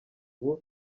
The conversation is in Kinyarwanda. ubu